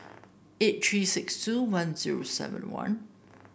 eight three six two one zero seven one